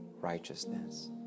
righteousness